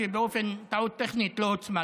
שבגלל טעות טכנית לא הוצמד.